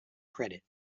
credit